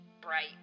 bright